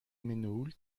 menehould